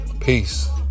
peace